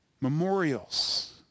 Memorials